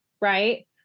right